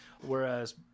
Whereas